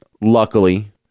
luckily